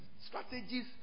strategies